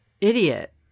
Idiot